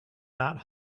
not